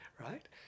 right